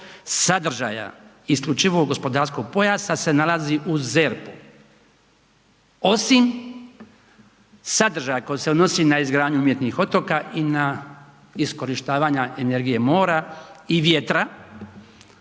sadržaja isključivog gospodarskog pojasa se nalazi u ZERP-u osim sadržaja koji se odnosi na izgradnju umjetnih otoka i na iskorištavanja energije mora i vjetra.